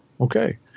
Okay